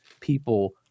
people